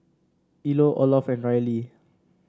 Ilo Olof and Rylie